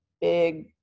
big